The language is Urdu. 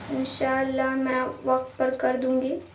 ان شاء اللہ میں وقت پر کر دوں گی